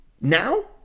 Now